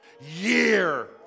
year